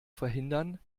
verhindern